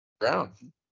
ground